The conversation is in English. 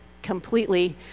completely